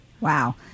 Wow